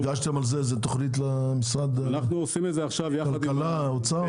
הגשתם על זה איזו תכנית למשרד הכלכלה או האוצר?